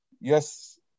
yes